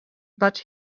but